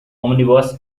omnibus